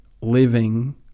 living